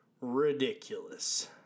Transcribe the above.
ridiculous